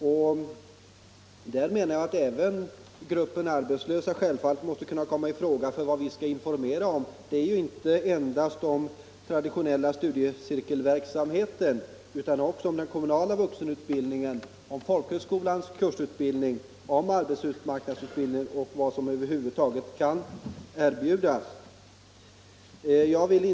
Och där menar jag att också gruppen arbetslösa självfallet måste Tisdagen den kunna komma i fråga. Ty vad vi skall informera om är ju inte endast 20 maj 1975 traditionella studiecirkelverksamheter utan vi skall också informera om den kommunala vuxenutbildningen, om utbildningen vid kurser på folk — Vuxenutbildningen, högskolor, om arbetsmarknadsutbildning och om vad som över huvud = m.m. taget kan erbjudas i den vägen.